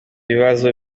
bibazo